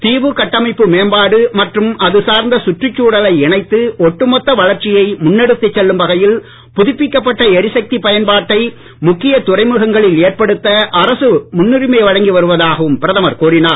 தீவு கட்டமைப்பு மேம்பாடு மற்றும் அதுசார்ந்த சுற்றுச்சூழலை இணைத்து முன்னெடுத்துச்செல்லும் வகையில் புதுப்பிக்கப்பட்ட எரிசக்கி பயன்பாட்டை முக்கியதுறைமுகங்களில் ஏற்படுத்த அரசு முன்னுரிமை வழங்கி வருவதாகவும் பிரதமர் கூறினார்